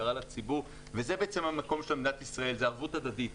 זה המקום של מדינת ישראל, זה ערבות הדדית.